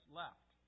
left